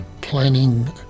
planning